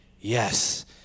Yes